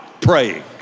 praying